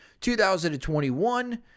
2021